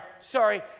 sorry